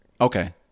Okay